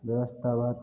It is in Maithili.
व्यवस्था